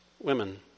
women